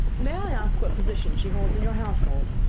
may i ask what position she holds in your household?